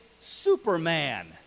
superman